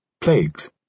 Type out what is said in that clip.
Plagues